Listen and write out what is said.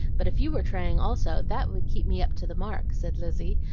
but if you were trying also, that would keep me up to the mark, said lizzie,